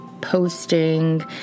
posting